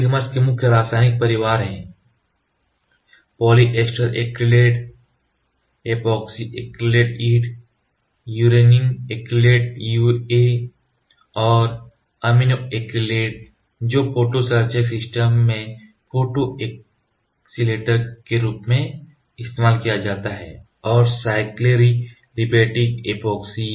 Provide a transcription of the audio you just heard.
oligomer के मुख्य रासायनिक परिवार हैं polyester acrylate PEA epoxy acrylate EA यूटेरिन एक्रिलेट्स यूए और अमीनो एक्रिलेट्स जो फोटो सर्जक सिस्टम में फोटो एक्सीलेटर के रूप में इस्तेमाल किया जाता है और साइक्लेरीलिपेटिक ऐपोक्सी